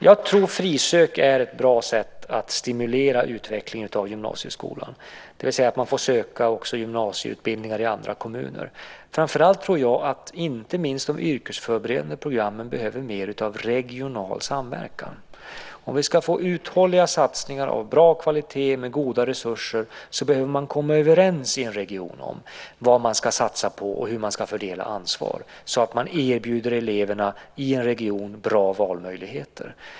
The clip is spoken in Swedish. Jag tror att frisökning, det vill säga att man får söka gymnasieutbildningar också i andra kommuner, är ett bra sätt att stimulera utveckling av gymnasieskolan. Framför allt tror jag att de yrkesförberedande programmen behöver mer av regional samverkan. Om vi ska få uthålliga satsningar av bra kvalitet med goda resurser så behöver man i en region komma överens om vad man ska satsa på och hur man ska fördela ansvaret så att man erbjuder eleverna i regionen bra valmöjligheter.